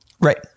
Right